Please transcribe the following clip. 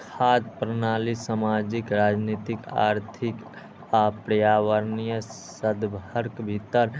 खाद्य प्रणाली सामाजिक, राजनीतिक, आर्थिक आ पर्यावरणीय संदर्भक भीतर